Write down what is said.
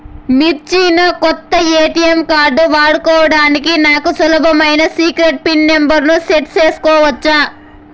మీరిచ్చిన కొత్త ATM card వాడుకోవడానికి నాకు సులభమైన సీక్రెట్ పిన్ నెంబర్ ను సెట్ సేసుకోవచ్చా?